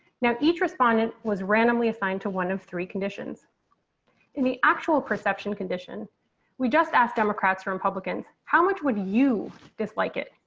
now, each responded was randomly assigned to one of three conditions in the actual perception condition we just asked democrats, republicans. how much would you dislike it.